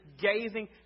gazing